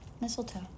mistletoe